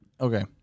okay